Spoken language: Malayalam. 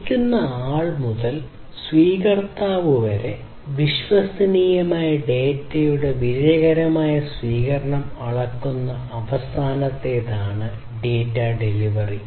അയയ്ക്കുന്നയാൾ മുതൽ സ്വീകർത്താവ് വരെ വിശ്വസനീയമായ ഡാറ്റയുടെ വിജയകരമായ സ്വീകരണം അളക്കുന്ന അവസാനത്തേതാണ് ഡാറ്റാ ഡെലിവറി